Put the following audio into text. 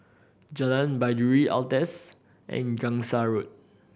Jalan Baiduri Altez and Gangsa Road